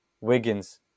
Wiggins